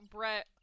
Brett